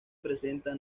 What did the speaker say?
presenta